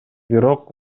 бирок